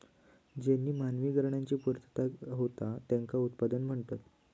ज्येनीं मानवी गरजांची पूर्तता होता त्येंका उत्पादन म्हणतत